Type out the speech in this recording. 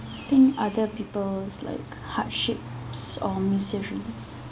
think other people's like hardships or misery